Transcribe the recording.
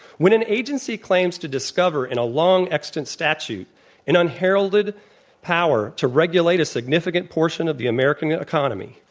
when an agency claims to discover in a long extant statute an unheralded power to regulate a significant portion of the american economy,